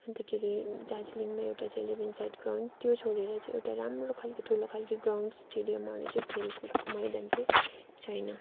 अन्तखेरि दार्जिलिङमा एउटा चाहिँ इलेभेन साइड ग्राउन्ड त्यो छोडेर चाहिँ एउटा राम्रो खालके ठुलो खालके ग्राउन्डस स्टेडियमहरू चाहिँ खेलकुदको मैदान चाहिँ छैन